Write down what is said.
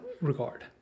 regard